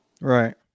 Right